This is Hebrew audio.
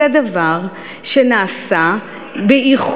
זה היה דבר שנעשה באיחור,